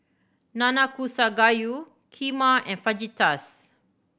Nanakusa Gayu Kheema and Fajitas